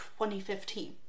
2015